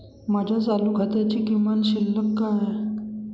माझ्या चालू खात्याची किमान शिल्लक काय आहे?